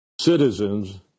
citizens